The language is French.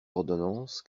ordonnances